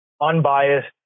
unbiased